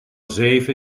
zeven